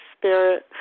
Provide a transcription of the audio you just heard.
Spirit